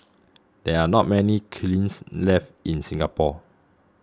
there are not many kilns left in Singapore